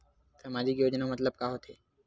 सामजिक योजना मतलब का होथे?